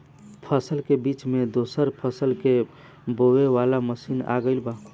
फसल के बीच मे दोसर फसल के बोवे वाला मसीन आ गईल बा